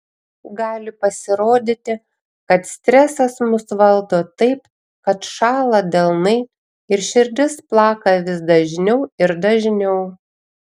gali pasirodyti kad stresas mus valdo taip kad šąla delnai ir širdis plaka vis dažniau ir dažniau